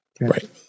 Right